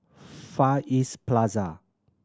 Far East Plaza